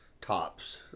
tops